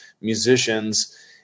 musicians